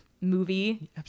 movie